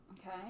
Okay